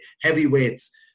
heavyweights